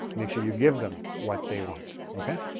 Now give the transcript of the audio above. make sure you give them what they want. okay?